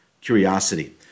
curiosity